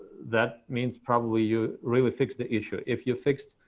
that means probably you really fixed the issue. if you fixed.